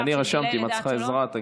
של גיל לידה עד שלוש.